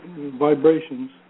vibrations